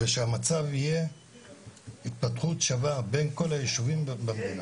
הייתי מעדיף שהמצב יהיה התפתחות שווה בין כל היישובים במדינה.